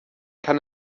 kann